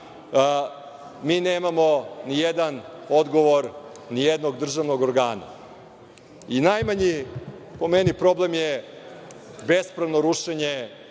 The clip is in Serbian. mi nemamo nijedan odgovor nijednog državnog organa. Po meni, najmanji problem je bespravno rušenje